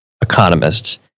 economists